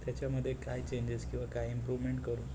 त्याच्यामध्ये काय चेंजेस किंवा काय इम्प्रूव्हमेंट करून